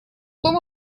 том